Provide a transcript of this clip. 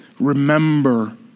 Remember